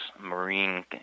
Marine